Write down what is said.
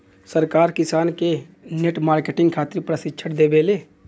सरकार किसान के नेट मार्केटिंग खातिर प्रक्षिक्षण देबेले?